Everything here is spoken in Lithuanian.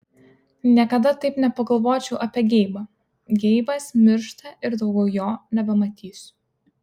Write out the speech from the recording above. niekada taip nepagalvočiau apie geibą geibas miršta ir daugiau jo nebematysiu